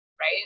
right